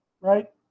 Right